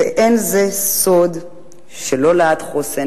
וזה לא סוד שלא לעד חוסן,